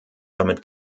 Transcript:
damit